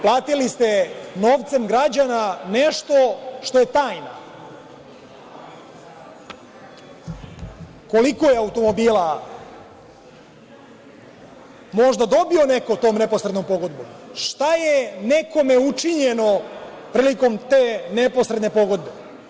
Platili ste novcem građana nešto što je tajna, koliko je automobila možda dobio tom neposrednom pogodbom, šta je nekome učinjeno prilikom te neposredne pogodbe.